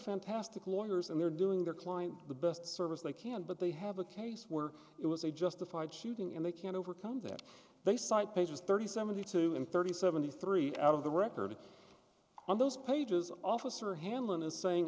fantastic lawyers and they're doing their client the best service they can but they have a case where it was a justified shooting and they can't overcome that they cite pages thirty seventy two and thirty seventy three out of the record on those pages officer hanlon is saying